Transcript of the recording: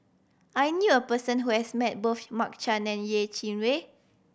I knew a person who has met both Mark Chan and Yeh Chi Wei